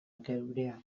geurea